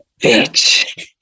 bitch